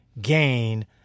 gain